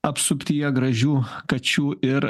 apsuptyje gražių kačių ir